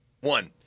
One